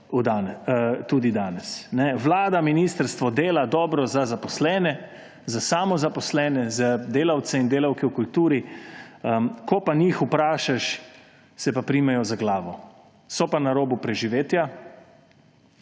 tudi danes. Vlada, ministrstvo dela dobro za zaposlene, za samozaposlene, za delavke in delavce v kulturi. Ko pa njih vprašaš, se pa primejo za glavo. So pa na robu preživetja.